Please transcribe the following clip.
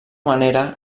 manera